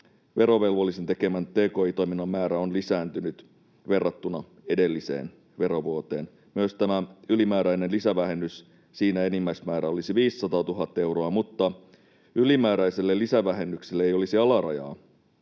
verovelvollisen tekemän tki-toiminnan määrä on lisääntynyt verrattuna edelliseen verovuoteen. Myös tämän ylimääräisen lisävähennyksen enimmäismäärä olisi 500 000 euroa, mutta ylimääräiselle lisävähennykselle ei olisi alarajaa.